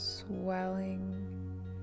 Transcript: swelling